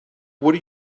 what